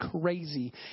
crazy